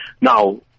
Now